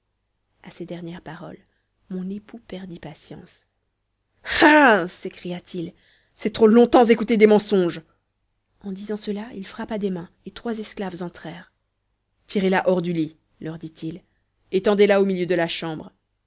à ces dernières paroles mon époux perdit patience ah sécriat il c'est trop longtemps écouter des mensonges en disant cela il frappa des mains et trois esclaves entrèrent tirez la hors du lit leur dit-il étendez la au milieu de la chambre